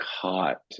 caught